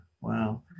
wow